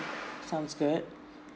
sounds good